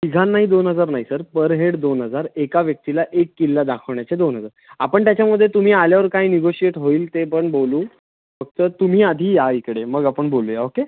तिघांनाही दोन हजार नाही सर पर हेड दोन हजार एका व्यक्तीला एक किल्ला दाखवण्याचे दोन हजार आपण त्याच्यामध्ये तुम्ही आल्यावर काही निगोशिएट होईल ते पण बोलू फक्त तुम्ही आधी या इकडे मग आपण बोलूया ओके